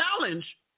challenge